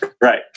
Right